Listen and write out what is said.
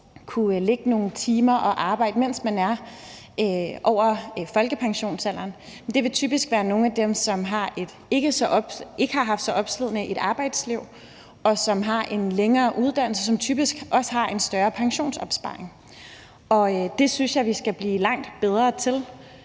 kunne lægge nogle timer på et arbejde, mens de er over folkepensionsalderen? Det vil typisk være nogle af dem, som ikke har haft så opslidende et arbejdsliv, som har en længere uddannelse, og som typisk også har en større pensionsopsparing. Det synes jeg vi skal blive langt bedre til